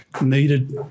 needed